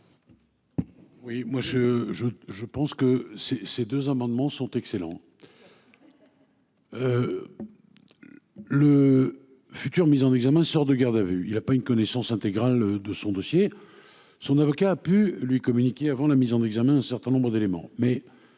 ? Je pense que ces deux amendements sont excellents ! Le futur mis en examen qui sort de garde à vue n'a pas une connaissance intégrale de son dossier. Certes, son avocat a pu lui communiquer avant la mise en examen un certain nombre d'éléments.